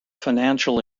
financial